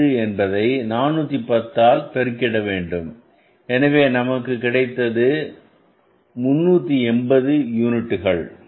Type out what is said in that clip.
5 என்பதை 410 பெருகிட வேண்டும் ஆனால் நமக்கு கிடைத்தது 380 யூனிட்டுகள்